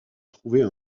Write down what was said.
trouver